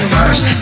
First